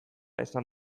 esan